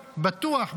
בטוח,